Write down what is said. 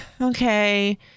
okay